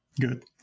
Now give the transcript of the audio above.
good